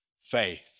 faith